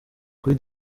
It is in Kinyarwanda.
kuri